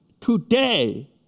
today